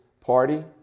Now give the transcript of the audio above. party